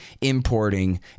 importing